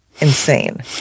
insane